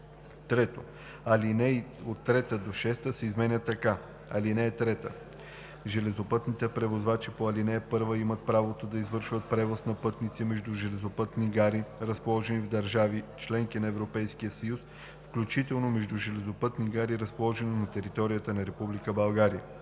3. Алинеи 3 – 6 се изменят така: „(3) Железопътните превозвачи по ал. 1 имат право да извършват превоз на пътници между железопътни гари, разположени в държави – членки на Европейския съюз, включително между железопътни гари, разположени на територията на Република България.